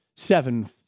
seven